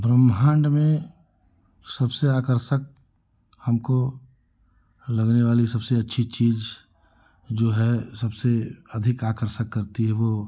ब्रह्माण्ड में सबसे आकर्षक हमको लगने वाले सबसे अच्छी चीज जो है सबसे अधिक आकर्षक करती है वह